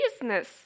business